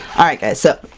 alright guys so,